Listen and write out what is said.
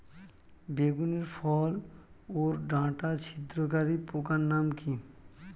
বেগুনের ফল ওর ডাটা ছিদ্রকারী পোকার নাম কি?